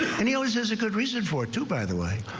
and he always is a good reason for two by the way,